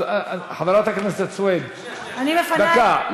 אז חברת הכנסת סויד, אני מפנה את, דקה.